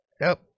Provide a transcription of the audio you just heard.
Nope